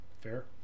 Fair